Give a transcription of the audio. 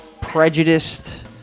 prejudiced